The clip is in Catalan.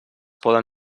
poden